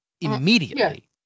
immediately